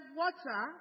water